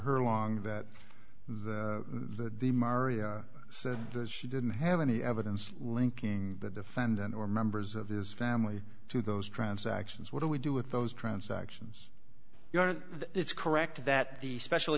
her long that the the mario said that she didn't have any evidence linking the defendant or members of his family to those transactions what do we do with those transactions you are it's correct that the special